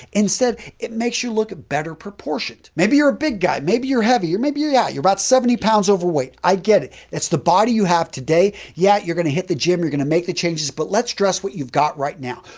instead, it makes you look better proportioned. maybe you're a big guy, maybe you're heavy or maybe you're, yeah, you're about seventy lbs overweight. i get it. that's the body you have today. yeah, you're going to hit the gym, you're going to make the changes, but let's dress what you've got right now.